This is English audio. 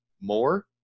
more